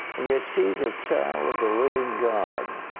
and yet, she is a child of the living god.